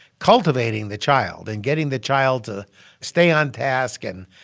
cultivating the child and getting the child to stay on task and,